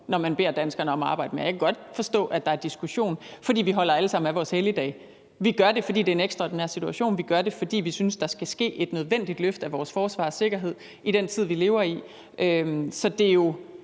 når man beder danskerne om at arbejde mere. Jeg kan godt forstå, at der er diskussion, for vi holder alle sammen af vores helligdage. Vi gør det, fordi det er en ekstraordinær situation. Vi gør det, fordi vi synes, der skal ske et nødvendigt løft af vores forsvar og sikkerhed i den tid, vi lever i. Så det er jo